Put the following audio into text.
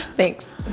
Thanks